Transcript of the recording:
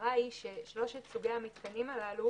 המטרה היא ששלושת סוגי המתקנים הללו